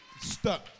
stuck